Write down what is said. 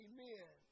Amen